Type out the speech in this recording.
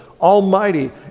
almighty